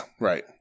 right